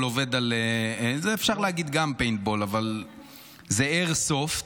זה, אפשר להגיד גם פּיינטבּוֹל, אבל זה איירסופט.